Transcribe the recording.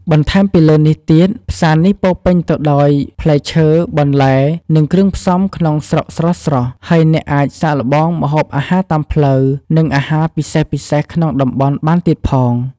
បន្ថែមលើនេះទៀត ផ្សារនេះពោរពេញទៅដោយផ្លែឈើ បន្លែ និងគ្រឿងផ្សំក្នុងស្រុកស្រស់ៗ ហើយអ្នកអាចសាកល្បងម្ហូបអាហារតាមផ្លូវ និងអាហារពិសេសៗក្នុងតំបន់បានទៀតផង។